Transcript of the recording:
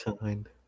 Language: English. signed